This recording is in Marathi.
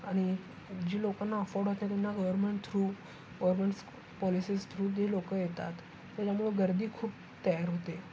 आणि जी लोकांना अफोर्ड होते त्यांना government through governments policies through जे लोक येतात त्याच्यामुळं गर्दी खूप तयार होते